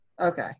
okay